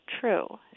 true